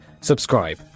subscribe